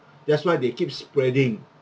that's why they keep spreading